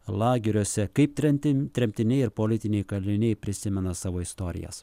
lageriuose kaip tremtin tremtiniai ir politiniai kaliniai prisimena savo istorijas